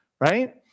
right